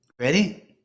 ready